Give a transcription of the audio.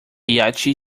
yacht